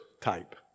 type